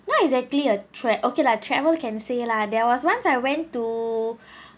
not exactly a trav~ okay like travel can say lah there was once I went to